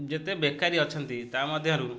ଯେତେ ବେକାରୀ ଅଛନ୍ତି ତା ମଧ୍ୟରୁ